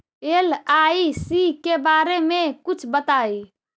LIC के बारे मे कुछ बताई?